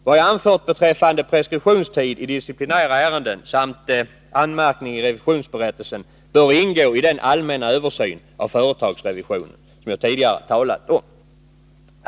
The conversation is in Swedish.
Vad jag har anfört beträffande preskriptionstid i disciplinära ärenden samt anmärkning i revisionsberättelsen bör ingå i den allmänna översyn av företagsrevisionen som jag tidigare talat om.